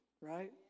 right